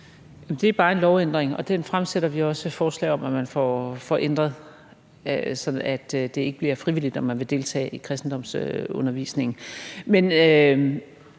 Det skal bare en lovændring til, og den fremsætter vi også forslag om at man får gennemført, så det ikke bliver frivilligt, om man vil deltage i kristendomsundervisningen.